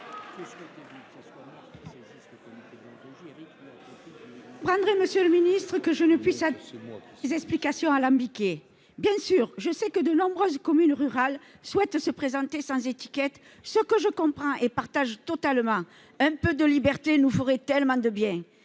comprendrez, monsieur le ministre, que je ne puisse adhérer à ces explications alambiquées. Bien sûr, je sais que de nombreuses communes rurales souhaitent se présenter sans étiquette, ce que je comprends et partage totalement. Un peu de liberté nous ferait tellement de bien